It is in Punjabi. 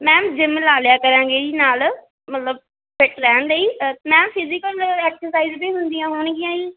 ਮੈਮ ਜਿੰਮ ਲਾ ਲਿਆ ਕਰਾਂਗੇ ਜੀ ਨਾਲ ਮਤਲਬ ਫਿੱਟ ਰਹਿਣ ਲਈ ਅ ਮੈਮ ਫਿਜੀਕਲ ਐਕਸਰਸਾਈਜ਼ ਵੀ ਹੁੰਦੀਆਂ ਹੋਣਗੀਆਂ ਜੀ